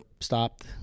stopped